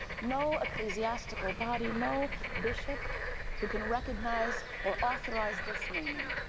no ecclesiastical body, no bishop who can recognize or authorize this naming.